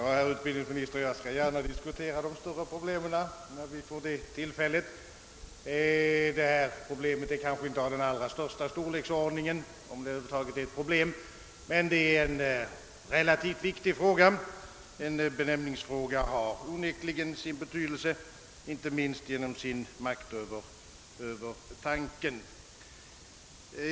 Herr talman! Jag skall gärna diskutera de stora problemen med herr utbildningsministern när vi får tillfälle till det. Detta problem är kanske inte av den allra största storleksordningen, om det över huvud taget är något problem, men det är en relativt viktig fråga. En benämningsfråga har onekligen sin betydelse inte minst genom sin makt över tanken.